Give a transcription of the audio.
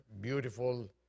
beautiful